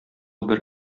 бер